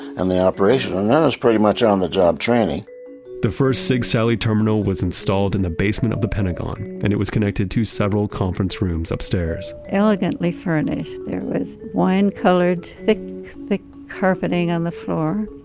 and the operation, and then it was pretty much on the job training the first sigsaly terminal was installed in the basement of the pentagon, and it was connected to several conference rooms upstairs elegantly furnished. there was wine-colored, thick, thick carpeting on the floor.